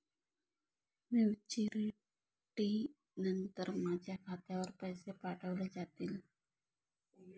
Maturity नंतर माझ्या खात्यावर पैसे पाठविले जातील?